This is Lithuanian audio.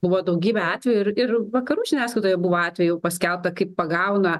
buvo daugybė atvejų ir ir vakarų žiniasklaidoje buvo atvejų paskelbta kaip pagauna